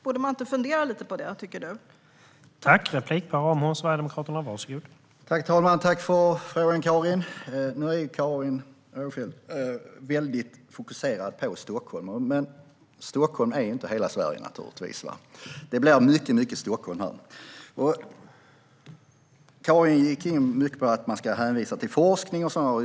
Tycker inte du att man borde fundera lite på det?